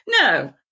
No